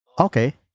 Okay